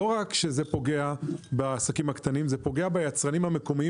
לא רק שזה פוגע בעסקים הקטנים זה פוגע ביצרנים המקומיים,